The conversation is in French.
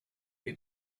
est